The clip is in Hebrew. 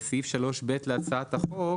יותר ויותר צילומים ויותר ויותר תיעוד ותמונות.